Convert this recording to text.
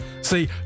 See